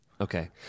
Okay